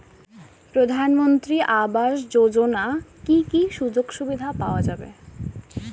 প্রধানমন্ত্রী আবাস যোজনা কি কি সুযোগ সুবিধা পাওয়া যাবে?